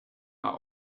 are